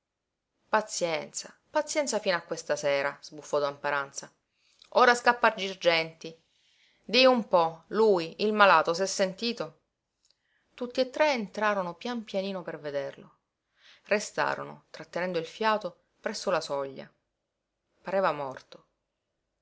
pazienza pazienza fino a questa sera sbuffò don paranza ora scappo a girgenti di un po lui il malato s'è sentito tutti e tre entrarono pian pianino per vederlo restarono trattenendo il fiato presso la soglia pareva morto